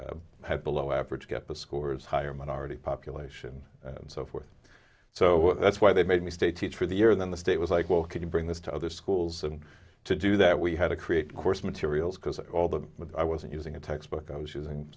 were below average get the scores higher minority population and so forth so that's why they made me stay teach for the year then the state was like well can you bring this to other schools and to do that we had to create course materials because all the i wasn't using a textbook i was using